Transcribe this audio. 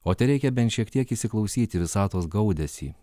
o tereikia bent šiek tiek įsiklausyti į visatos gaudesį